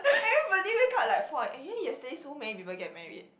everybody wake up like four and anyway yesterday so many people get married